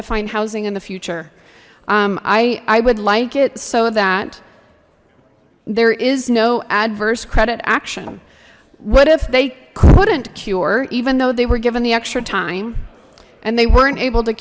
to find housing in the future i i would like it so that there is no adverse credit action what if they couldn't cure even though they were given the extra time and they weren't able to